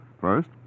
First